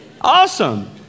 Awesome